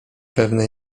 pewne